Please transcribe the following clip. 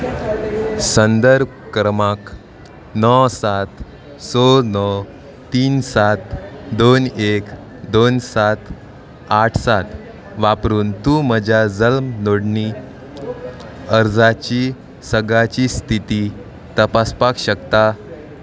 संदर्भ क्रमांक णव सात स णव तीन सात दोन एक दोन सात आठ सात वापरून तूं म्हज्या जल्म नोंदणी अर्जाची सद्द्याची स्थिती तपासपाक शकता